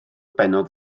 bennod